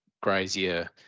grazier